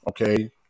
okay